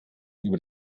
über